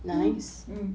mmhmm